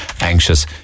anxious